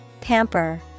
Pamper